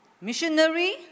missionary